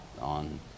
on